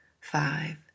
five